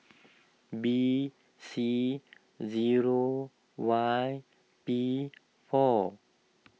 B C zero Y P four